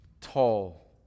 tall